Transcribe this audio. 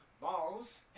balls